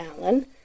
Alan